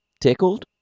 Tickled